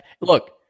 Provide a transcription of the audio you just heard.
Look